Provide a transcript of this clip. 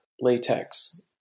latex